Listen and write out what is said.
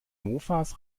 mofas